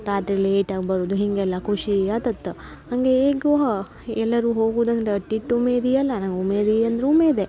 ರಾತ್ರಿ ಲೇಟ್ ಆಗಿ ಬರುದು ಹೀಗೆಲ್ಲ ಖುಷಿ ಆತಿತ್ತ ಹಾಗೆ ಈಗು ಎಲ್ಲರೂ ಹೋಗುದಂದ್ರ ಅಟ್ಟಿಟ್ಟು ಉಮೇದಿ ಅಲ್ಲ ನಮ್ಗ ಉಮೇದಿ ಅಂದ್ರೆ ಉಮೇದೆ